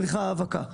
צריכה האבקה.